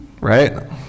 Right